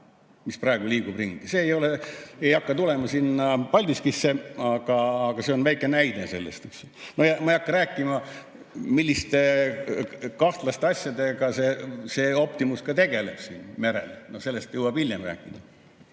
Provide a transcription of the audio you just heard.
mis praegu liigub ringi. See ei hakka tulema Paldiskisse, aga see on väike näide sellest. Ma ei hakka rääkima, milliste kahtlaste asjadega see Optimus tegeleb merel, sellest jõuab hiljem rääkida.